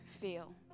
feel